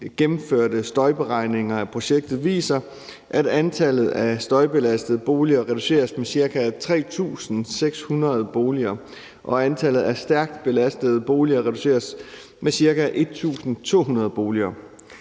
gennemførte støjberegninger af projektet viser, at antallet af støjbelastede boliger reduceres med ca. 3.600 boliger, og at antallet af stærkt støjbelastede boliger reduceres med ca. 1.200 boliger.